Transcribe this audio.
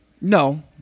No